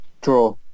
Draw